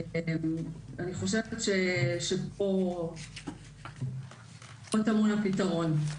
אני חושבת שפה טמון הפתרון.